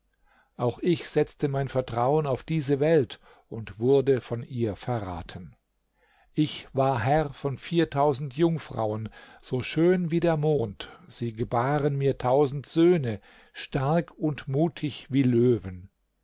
auch ich setzte mein vertrauen auf diese welt und wurde von ihr verraten ich war herr von viertausend jungfrauen so schön wie der mond und sie gebaren mir tausend söhne stark und mutig wie löwen